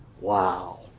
wow